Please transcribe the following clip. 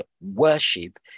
worship